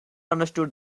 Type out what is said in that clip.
understood